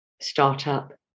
startup